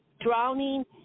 drowning